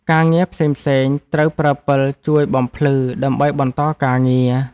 ការងារផ្សេងៗ ត្រូវប្រើពិលជួយបំភ្លឺដើម្បីបន្តការងារ។